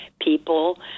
people